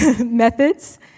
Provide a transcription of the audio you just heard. methods